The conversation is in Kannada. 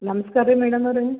ನಮ್ಸ್ಕಾರ ರೀ ಮೇಡಮ್ ಅವರೇ